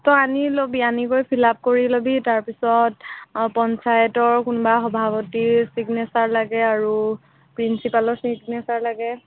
তই আনি ল'বি আনি কৰি ফিল আপ কৰি লবি তাৰপিছত পঞ্চায়তৰ কোনোবা সভাপতিৰ চিগনেছাৰ লাগে আৰু প্ৰিঞ্চিপালৰ চিগনেছাৰ লাগে